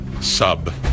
Sub